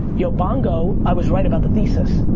yobongo i was right about the thesis.